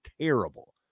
terrible